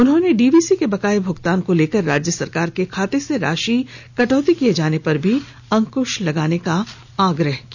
उन्होंने डीवीसी के बकाये भुगतान को लेकर राज्य सरकार के खाते से राशि कटौती किये जाने पर भी अंक्श लगाने का भी आग्रह किया